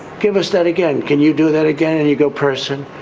give us that again. can you do that again? and you go, person,